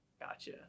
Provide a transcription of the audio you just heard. gotcha